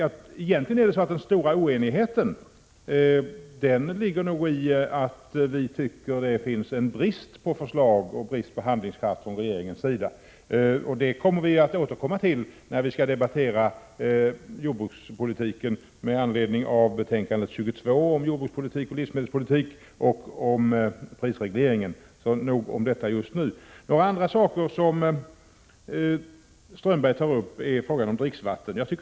Meningsskiljaktigheterna består egentligen i att vi anser att det är brist på förslag och brist på handlingskraft från regeringens sida. Vi skall återkomma till detta när vi debatterar betänkande 22 om jordbruksoch livsmedelspolitiken och prisregleringen. Nog om detta just nu. Håkan Strömberg tog bl.a. upp frågan om dricksvattnet.